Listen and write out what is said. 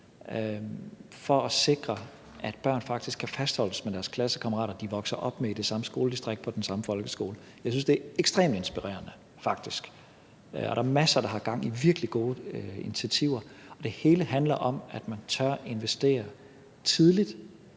for at sikre, at børn faktisk kan fastholdes med deres klassekammerater, de vokser op med i det samme skoledistrikt på den samme folkeskole. Jeg synes faktisk, det er ekstremt inspirerende, og der er masser, der har gang i virkelig gode initiativer. Det hele handler om, at man tør investere tidligt